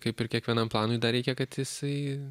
kaip ir kiekvienam planui dar reikia kad jisai